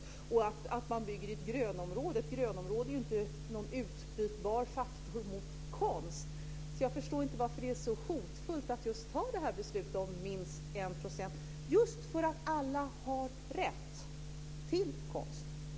Eva Arvidsson säger att man bygger i ett grönområde, men ett grönområde är ju inte en faktor som är utbytbar mot konst. Jag förstår inte varför det är så hotfullt att fatta beslutet om minst 1 % just för att alla har rätt till konst.